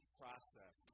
process